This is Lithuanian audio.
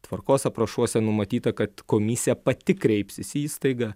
tvarkos aprašuose numatyta kad komisija pati kreipsis į įstaigą